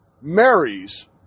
marries